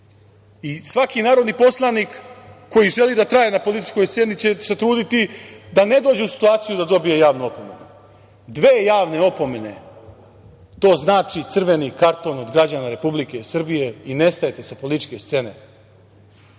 i svaki narodni poslanik koji želi da traje na političkoj sceni će se truditi da ne dođe u situaciju da dobije javnu opomenu. Dve javne opomene, to znači crveni karton od građana Republike Srbije i nestajete sa političke scene. Tako